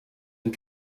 and